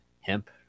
hemp